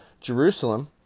Jerusalem